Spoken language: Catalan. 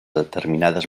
determinades